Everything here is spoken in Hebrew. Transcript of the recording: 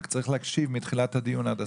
רק צריך להקשיב מתחילת הדיון עד הסוף.